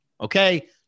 okay